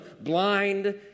blind